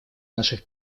наших